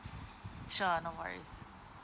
sure no worries